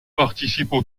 participent